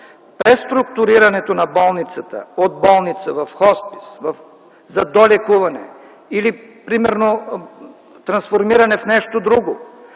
преструктурирането на болницата от болница в хоспис, за долекуване или примерно трансформиране в нещо друго,